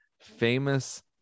Famous